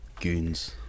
goons